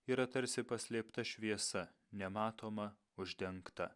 yra tarsi paslėpta šviesa nematoma uždengta